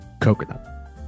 coconut